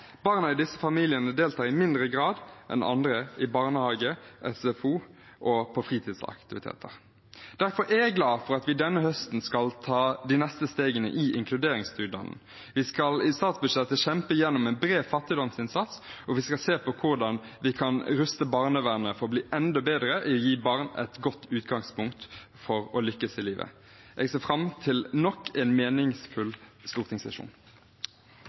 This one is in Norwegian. Barna i disse familiene deltar i mindre grad enn andre i barnehage, SFO og fritidsaktiviteter. Derfor er jeg glad for at vi denne høsten skal ta de neste stegene i inkluderingsdugnaden. Vi skal i statsbudsjettet kjempe igjennom en bred fattigdomsinnsats, og vi skal se på hvordan vi kan ruste barnevernet til å bli enda bedre til å gi barn et godt utgangspunkt for å lykkes i livet. Jeg ser fram til nok en meningsfull stortingssesjon.